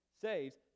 saves